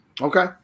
Okay